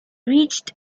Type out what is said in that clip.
reached